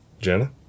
Jenna